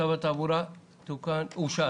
אין צו התעבורה (עבירות קנס) (תיקון),